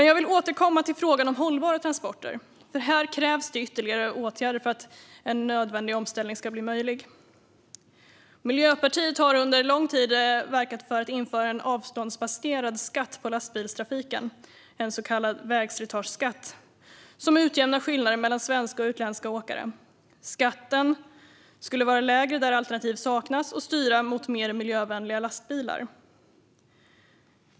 Jag vill återkomma till frågan om hållbara transporter. Här krävs ytterligare åtgärder för att en nödvändig omställning ska bli möjlig. Miljöpartiet har under lång tid verkat för att införa en avståndsbaserad skatt på lastbilstrafiken, en så kallad vägslitageskatt, som utjämnar skillnader mellan svenska och utländska åkare. Skatten skulle vara lägre där alternativ saknas och styra mot mer miljövänliga lastbilar.